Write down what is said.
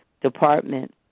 department